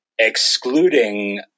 excluding